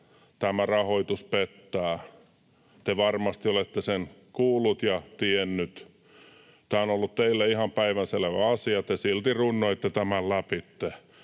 tämä rahoitus pettää. Te varmasti olette sen kuullut ja tiennyt. Tämä on ollut teille ihan päivänselvä asia. Te silti runnoitte tämän läpi.